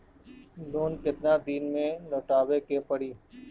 Loan केतना दिन में लौटावे के पड़ी?